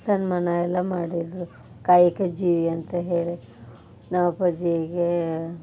ಸನ್ಮಾನ ಎಲ್ಲ ಮಾಡಿದರು ಕಾಯಕ ಜೀವಿ ಅಂತ ಹೇಳಿ ನಮ್ಮ ಅಪ್ಪಾಜಿಗೇ